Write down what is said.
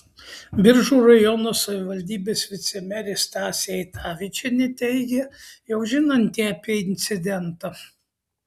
biržų rajono savivaldybės vicemerė stasė eitavičienė teigė jog žinanti apie incidentą